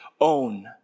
own